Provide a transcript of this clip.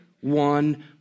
one